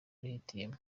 bihitiyemo